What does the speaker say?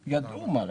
שמי שבדק ידע מה לומר.